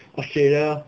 australia